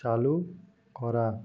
চালু করা